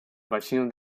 bacino